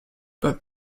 but